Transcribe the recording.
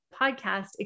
podcast